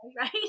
right